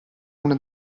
una